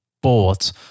bought